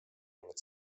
olid